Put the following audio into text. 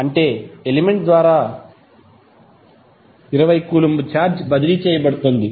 అంటే ఎలిమెంట్ ద్వారా 20 coulombs charge బదిలీ చేయబడుతోంది